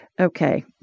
Okay